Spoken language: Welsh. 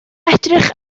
edrych